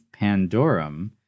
Pandorum